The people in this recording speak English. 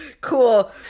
Cool